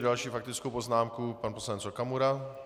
Další faktickou poznámku pan poslanec Okamura.